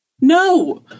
no